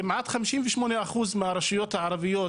כמעט 58% מהרשויות הערביות